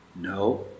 no